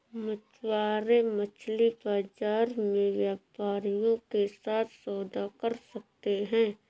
मछुआरे मछली बाजार में व्यापारियों के साथ सौदा कर सकते हैं